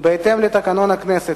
בהתאם לתקנון הכנסת,